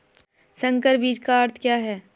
संकर बीज का अर्थ क्या है?